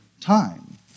time